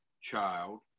child